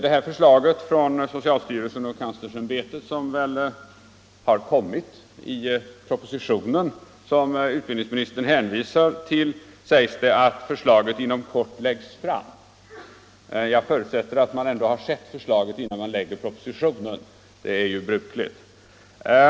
I förslaget från socialstyrelsen och universitetskanslersämbetet, som väl finns med i den proposition som utbildningsministern här hänvisar till, sägs det att förslaget inom kort kommer att läggas fram. Jag förutsätter att man då har sett förslaget, innan proposition framläggs. Det är ju brukligt.